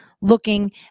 looking